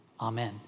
Amen